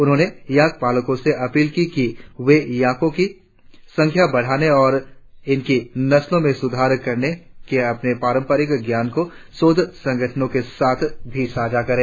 उन्होंने याक पालकों से अपील की कि वे याकों की संख्य बढ़ाने और इनकी नस्लों में सुधार करने के अपने पारंपरिक ज्ञान को शोध संगठनों के साथ भी साझा करें